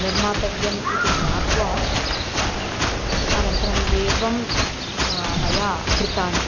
निर्मीतव्यम् इति ज्ञात्वा अनन्तरम् एवं मया कृतानि